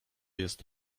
jest